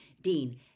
Dean